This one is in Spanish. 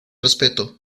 respeto